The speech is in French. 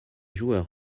joueurs